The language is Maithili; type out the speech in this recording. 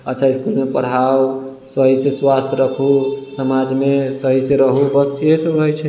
अच्छा इसकुलमे पढ़ाउ सहीसँ स्वास्थ्य रखू समाजमे सहीसँ रहू बस इएह सब होइ छै